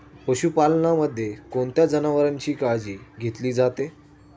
पशुपालनामध्ये कोणत्या जनावरांची काळजी घेतली जाते?